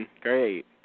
great